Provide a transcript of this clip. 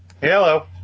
hello